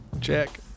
Check